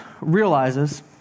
realizes